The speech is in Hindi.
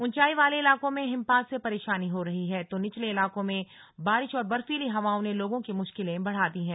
ऊंचाई वाले इलाकों में हिमपात से परेशानी हो रही है तो निचले इलाकों में बारिश और बर्फीली हवाओं ने लोगों की मुश्किलें बढ़ा दी हैं